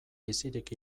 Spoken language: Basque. bizirik